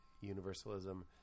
universalism